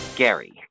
Gary